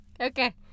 Okay